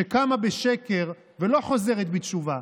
שקמה בשקר ולא חוזרת בתשובה,